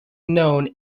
known